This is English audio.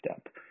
step